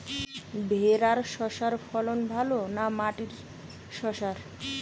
ভেরার শশার ফলন ভালো না মাটির শশার?